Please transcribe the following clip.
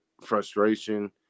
frustration